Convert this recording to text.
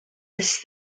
this